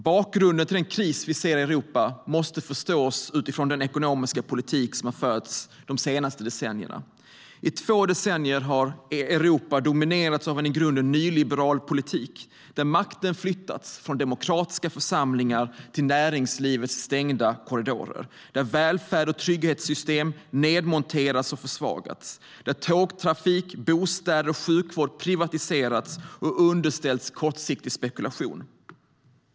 Bakgrunden till den kris vi ser i Europa måste förstås utifrån den ekonomiska politik som har förts de senaste decennierna. I två decennier har Europa dominerats av en i grunden nyliberal politik där makten flyttats från demokratiska församlingar till näringslivets stängda korridorer, där välfärd och trygghetssystem nedmonterats och försvagats, där tågtrafik, bostäder och sjukvård privatiserats och underställts kortsiktig spekulation.